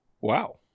Wow